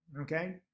okay